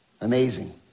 Amazing